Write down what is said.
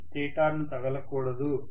అది స్టేటార్ను తగలకూడదు